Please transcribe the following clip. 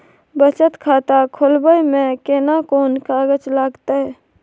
बचत खाता खोलबै में केना कोन कागज लागतै?